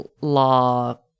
Law